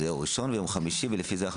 זה יום ראשון וחמישי ולפי זה אנחנו